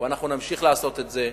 ואנחנו נמשיך לעשות את זה.